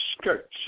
skirts